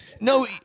No